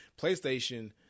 PlayStation